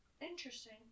Interesting